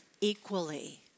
equally